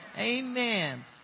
Amen